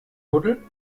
buddel